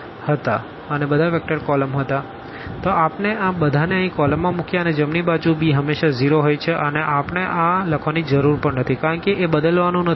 b0 0 0 તો આપણે આ બધા ને અહી કોલમ માં મુક્યા અને જમણી બાજુ b હમેશા 0 હોઈ છે અને આપણને આ 0 0 0 લખવાની જરૂર પણ નથી કારણ કે એ બદલાવવા નું નથી